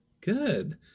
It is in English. Good